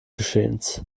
geschehens